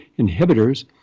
inhibitors